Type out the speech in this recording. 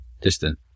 Distance